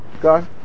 Go